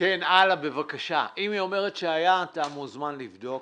היא אומרת שהיה, אתה מוזמן לבדוק.